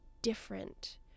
Different